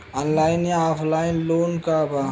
Online या offline loan का बा?